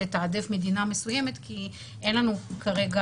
לתעדף מדינה מסוימת כי אין לנו כרגע